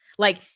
like,